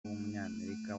w’umunyamerika